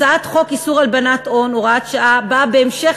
הצעת חוק איסור הלבנת הון (הוראת שעה) באה בהמשך